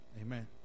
Amen